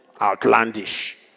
outlandish